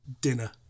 Dinner